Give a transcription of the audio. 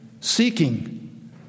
seeking